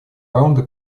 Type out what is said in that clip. раунда